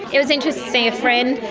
it was interesting seeing a friend.